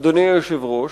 אדוני היושב-ראש,